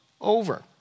over